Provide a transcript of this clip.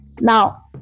now